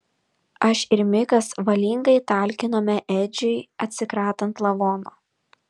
aš ir mikas valingai talkinome edžiui atsikratant lavono